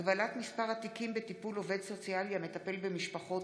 הגבלת מספר התיקים בטיפול עובד סוציאלי המטפל במשפחות),